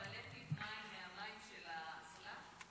התמלא פיו מים מהמים של האסלה?